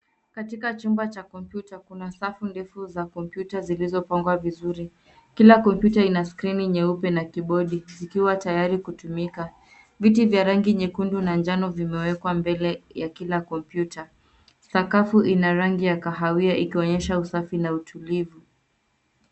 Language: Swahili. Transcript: Katika chumba cha kompyuta kuna safu ndefu za kompyuta zilizopangwa vizuri. Kila kompyuta ina skrini nyeupe na kibodi zikiwa tayari kutumika. Viti vya rangi nyekundu na njano vimewekwa mbele ya kila kompyuta. Sakafu ina rangi ya kahawia ikionyesha usafi na utulivu.